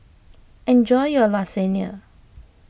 enjoy your Lasagne